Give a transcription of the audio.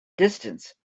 distance